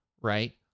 right